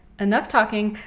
enough talking,